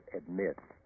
admits